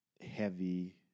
heavy